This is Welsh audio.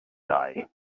dau